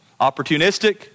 opportunistic